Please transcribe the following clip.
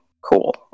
cool